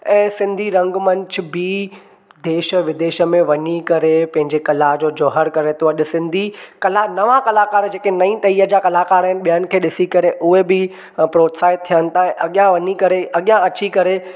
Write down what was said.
ऐं सिंधी रंगमंच बि देश विदेश में वञी करे पंहिंजे कला जो जोहर करे थो अॼु सिंधी कला नवां कलाकार जेके नई तईअ जा कलाकार आहिनि ॿियनि खे ॾिसी करे उहे बि प्रोत्साहित थियनि था अॻियां अची करे